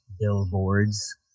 billboards